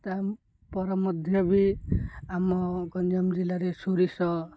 ତାପରେ ମଧ୍ୟ ବି ଆମ ଗଞ୍ଜାମ ଜିଲ୍ଲାରେ ସୋରିଷ